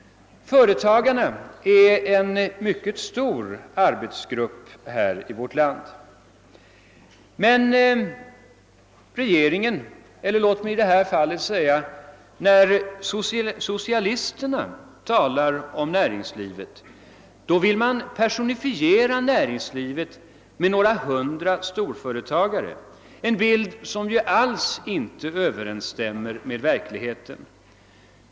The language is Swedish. Företagarna är en mycket stor grupp här i vårt land. Men när regeringen — eller låt mig i detta fall säga socialisterna — talar om näringslivet vill man personifiera näringslivet med några hundra storföretagare. Det blir ju en bild som inte alls överensstämmer med verkligheten.